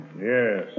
Yes